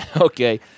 Okay